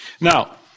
Now